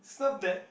it's not bad